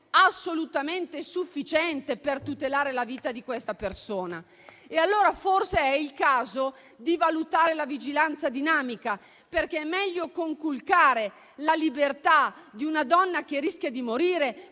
assolutamente sufficiente per tutelare la vita di questa persona. Forse è allora il caso di valutare la vigilanza dinamica, perché è meglio conculcare la libertà di una donna che rischia di morire,